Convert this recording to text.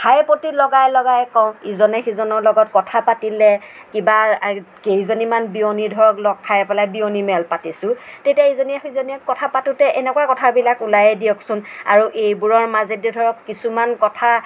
কথাই প্ৰতি লগাই লগাই কওঁ ইজনে সিজনৰ লগত কথা পাতিলে কিবা কেইজনীমান বিয়নী ধৰক লগ খাই পেলাই বিয়নী মেল পাতিছোঁ তেতিয়া ইজনী সিজনীয়ে কথা পাতোঁতে এনেকুৱা কথাবিলাক ওলায়েই দিয়কচোন আৰু এইবোৰৰ মাজেদি ধৰক কিছুমান কথা